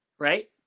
right